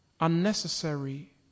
unnecessary